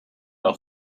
all